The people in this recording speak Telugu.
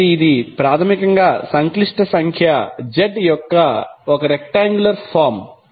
కాబట్టి ఇది ప్రాథమికంగా సంక్లిష్ట సంఖ్య z యొక్క రెక్టాంగ్యులర్ ఫార్మ్